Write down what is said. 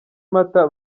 mata